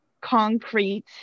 concrete